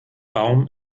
baum